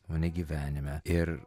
o ne gyvenime ir